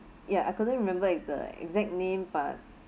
ya I couldn't remember if the exact name but